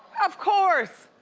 of course!